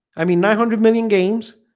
i mean nine hundred million games